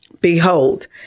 Behold